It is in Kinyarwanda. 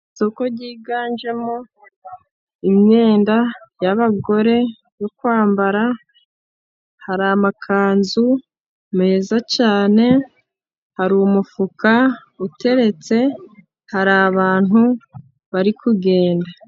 Isoko ryiganjemo imyenda y' abagore yo kwambara harimo amakanzu meza cyane, harimo umufuka uteretse hari abantu bari kugenda.